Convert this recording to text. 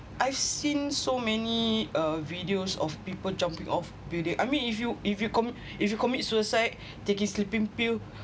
I've seen so many uh videos of people jumping off building I mean if you if you com~ if you commit suicide taking sleeping pill